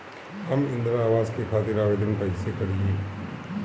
हम इंद्रा अवास के खातिर आवेदन कइसे करी?